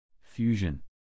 Fusion